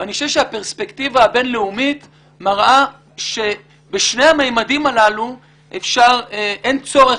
אני חושב שהפרספקטיבה הבין-לאומית מראה שבשני הממדים האלה אין צורך